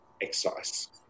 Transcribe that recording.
excise